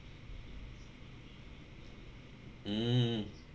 mm